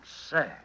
say